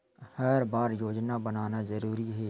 हर बार योजना बनाना जरूरी है?